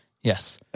Yes